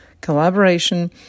collaboration